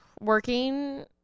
working